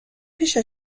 پیش